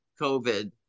COVID